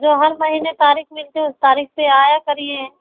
जो हर महीने तारीख मिलती है उस तारीख से आया करिए